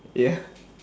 ya